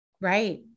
Right